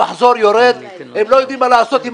המחזור יורד והם לא יודעים מה לעשות עם